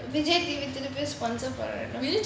ya vijay திருப்பி:thiruppi once upon a time